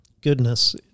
goodness